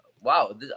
wow